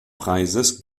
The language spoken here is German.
preises